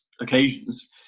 occasions